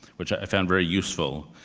which i found very useful.